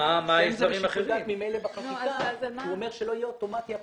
הוא אומר שהפרסום לא יהיה אוטומטי.